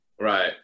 right